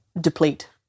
deplete